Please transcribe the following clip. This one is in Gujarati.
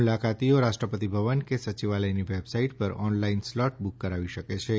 મુલાકાતીઓ રાષ્ટ્રપતિ ભવન કે સચિવાલયની વેબસાઇટ પર ઓનલાઈન સ્લોટ બુક કરાવી શકેછે